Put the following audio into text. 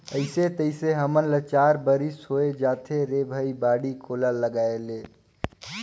अइसे तइसे हमन ल चार बरिस होए जाथे रे भई बाड़ी कोला लगायेले